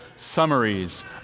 summaries